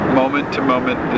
moment-to-moment